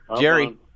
jerry